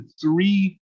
three